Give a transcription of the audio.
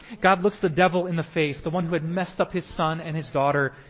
god looks the devil in the face, the one who had messed up his son and his daughter,